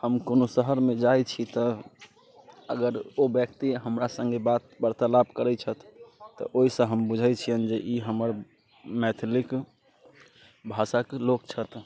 हम कोनो शहरमे जाइत छी तऽ अगर ओ व्यक्ति हमरा सङ्गे बात वार्तालाप करैत छथि तऽ ओहिसँ हम बुझैत छियनि जे ई हमर मैथिलक भाषाके लोक छथि